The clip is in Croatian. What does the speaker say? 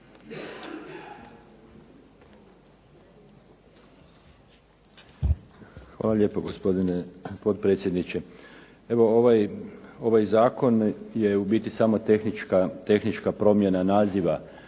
Hvala lijepo, gospodine potpredsjedniče. Evo ovaj zakon je u biti samo tehnička promjena naziva